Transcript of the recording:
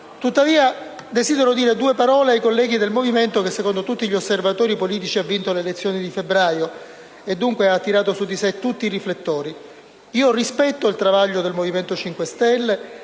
Tuttavia, desidero dire due parole ai colleghi del Movimento 5 Stelle che, secondo tutti gli osservatori politici, ha vinto le elezioni dello scorso febbraio e dunque ha attirato su di sé tutti i riflettori. Rispetto il travaglio del Movimento 5 Stelle: